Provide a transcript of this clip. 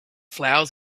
flowers